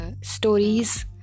stories